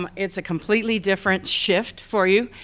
um it's a completely different shift for you.